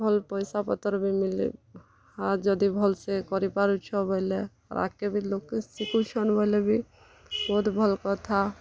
ଭଲ୍ ପଇସାପତର୍ ବି ମିଲେ ଆର୍ ଯଦି ଭଲ୍ସେ କରିପାରୁଛ ବେଲେ ଆଗ୍କେ ବି ଲୋକ୍କେ ଶିଖୁଛନ୍ ବେଲେ ବି ବହୁତ୍ ଭଲ୍ କଥା